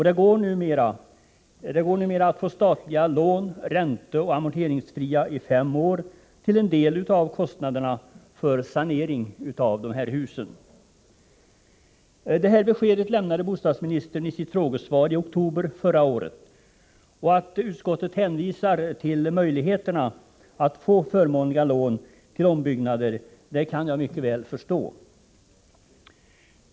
Det går numera att få statliga lån, ränteoch amorteringsfria i fem år, för att täcka en del av kostnaderna för sanering av husen. Det beskedet lämnade bostadsministern i sitt frågesvar i oktober förra året. Att utskottet hänvisar till möjligheterna att få förmånliga lån till ombyggnader kan jag mycket väl förstå.